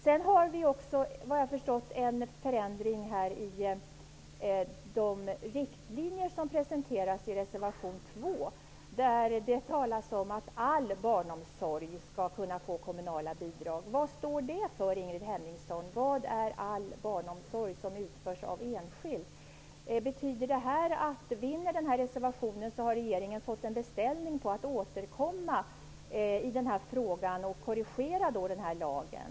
Det föreslås tydligen också en förändring av de riktlinjer för familjepolitiken som presenteras i reservation två. Där talas det om att all barnomsorg skall kunna få kommunala bidrag. Vad står det för, Ingrid Hemmingsson? Vad är all barnomsorg som bedrivs i enskild regi? Om den här reservationen bifalls innebär det att regeringen får en beställning om att återkomma i den här frågan och korrigera lagen?